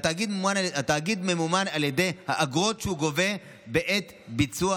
התאגיד ממומן על ידי האגרות שהוא גובה בעד ביצוע